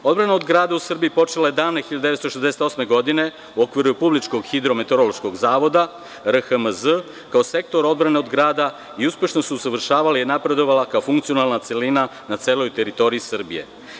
Odbrana od grada u Srbiji počela je davne 1968. godine u okviru Republičkog hidrometeorološkog zavoda, RHMZ, kao Sektor odbrane od grada i uspešno se usavršavala i napredovala kao funkcionalna celina na celoj teritoriji Srbije.